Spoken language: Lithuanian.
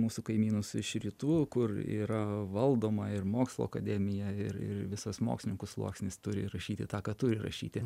mūsų kaimynus iš rytų kur yra valdoma ir mokslo akademija ir ir visas mokslininkų sluoksnis turi rašyti tą ką turi rašyti